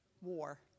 War